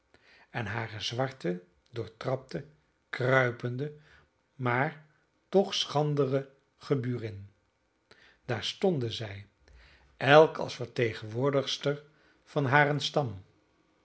en hare zwarte doortrapte kruipende maar toch schandere geburin daar stonden zij elk als vertegenwoordigster van haren stam